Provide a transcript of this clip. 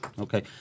Okay